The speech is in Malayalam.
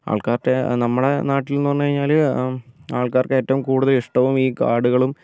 ആൾകാരുടെ നമ്മുടെ നാട്ടിൽ നിന്ന് പറഞ്ഞ് കഴിഞ്ഞാൽ ആൾക്കാർക്ക് ഏറ്റോം കൂടുതൽ ഇഷ്ടവും ഈ കാടുകളും